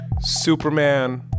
Superman